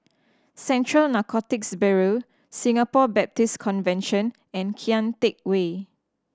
Central Narcotics Bureau Singapore Baptist Convention and Kian Teck Way